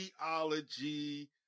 theology